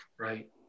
Right